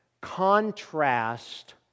contrast